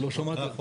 לא קיבלנו.